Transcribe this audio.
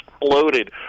exploded